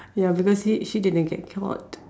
ya because she she didn't get caught